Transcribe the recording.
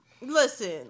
Listen